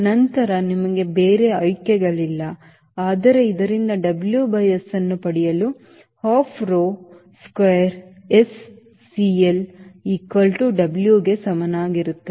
ನಂತರ ನಿಮಗೆ ಬೇರೆ ಆಯ್ಕೆಗಳಿಲ್ಲ ಆದರೆ ಇದರಿಂದ W by S ಅನ್ನು ಪಡೆಯಲು half rho square S CL equal to W ಗೆ ಸಮನಾಗಿರುತ್ತದೆ